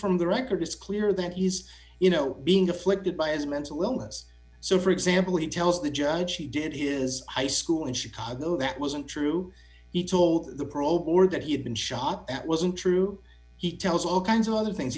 from the record it's clear that he's you know being afflicted by his mental illness so for example he tells the judge he did his high school in chicago that wasn't true he told the probe or that he had been shot that wasn't true he tells all kinds of other things